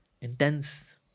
intense